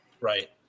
Right